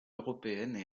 européennes